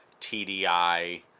TDI